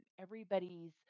everybody's